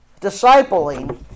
Discipling